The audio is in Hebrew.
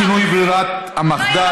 שינוי ברירת המחדל),